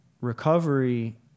recovery